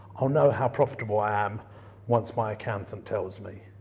i'll know how profitable i am once my accountant tells me.